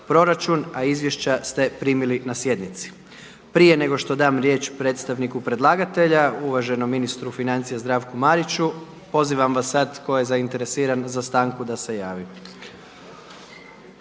a izvješća ste primili na sjednici. Prije nego što dam riječ predstavniku predlagatelja uvaženom ministru financija Zdravku Mariću pozivam vas sad ko je zainteresiran za stanku da se javi.